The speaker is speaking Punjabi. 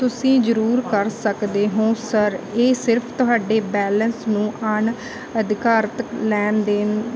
ਤੁਸੀਂ ਜ਼ਰੂਰ ਕਰ ਸਕਦੇ ਹੋ ਸਰ ਇਹ ਸਿਰਫ਼ ਤੁਹਾਡੇ ਬੈਲੇਂਸ ਨੂੰ ਅਣ ਅਧਿਕਾਰਤ ਲੈਣ ਦੇਣ